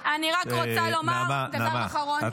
אני רק רוצה לומר דבר אחרון.